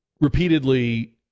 repeatedly